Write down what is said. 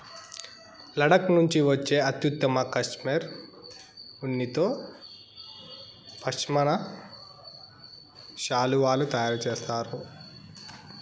లడఖ్ నుండి వచ్చే అత్యుత్తమ కష్మెరె ఉన్నితో పష్మినా శాలువాలు తయారు చేస్తారు